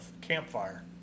campfire